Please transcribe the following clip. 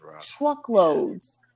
truckloads